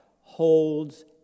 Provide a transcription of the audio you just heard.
holds